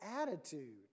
attitude